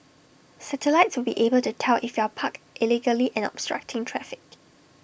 satellites will be able to tell if you're parked illegally and obstructing traffic